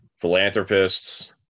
philanthropists